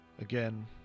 Again